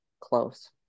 close